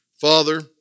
Father